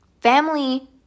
Family